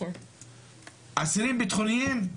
אסירים ביטחוניים,